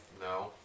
No